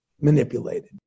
manipulated